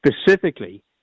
specifically